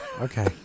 Okay